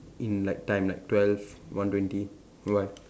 in like time like twelve one twenty why